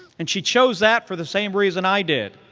and she chose that for the same reason i did,